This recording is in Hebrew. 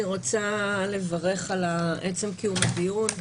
אני רוצה לברך על עצם קיום הדיון,